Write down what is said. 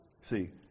See